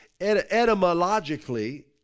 etymologically